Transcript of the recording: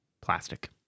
Plastic